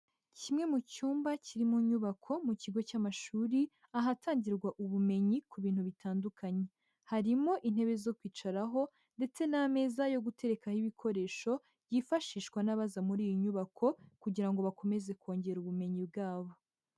Kimwe mu cyumba kiri mu nyubako mu kigo cy'amashuri, ahatangirwa ubumenyi ku bintu bitandukanye. Harimo intebe zo kwicaraho ndetse n'ameza yo guterekaho ibikoresho byifashishwa n'abaza muri iyi nyubako kugira ngo bakomeze kongera ubumenyi bwabo.